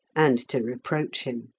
and to reproach him.